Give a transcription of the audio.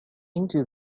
into